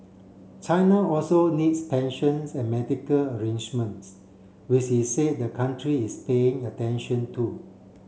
China also needs pension and medical arrangements with he said the country is paying attention to